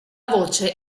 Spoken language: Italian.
voce